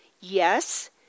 yes